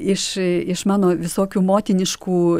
iš iš mano visokių motiniškų